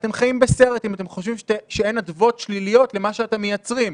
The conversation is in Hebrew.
אתם חיים בסרט אם אתם חושבים שאין אדוות שליליות למה שאתם מייצרים.